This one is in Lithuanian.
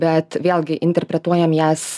bet vėlgi interpretuojam jas